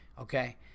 Okay